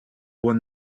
won